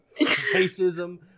racism